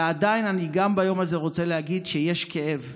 ועדיין, גם ביום הזה אני רוצה להגיד שיש כאב: